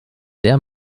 der